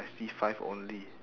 I see five only